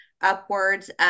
upwards